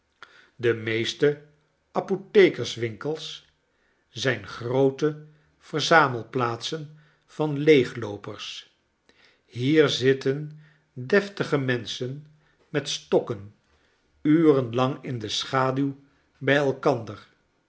de meeste apothekerswinkels zijn groote verzamelplaatsen van leegloopers hier zitten deftige menschen met stokken uren lang in de schaduw bij elkander